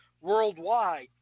worldwide